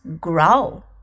grow